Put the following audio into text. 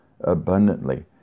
abundantly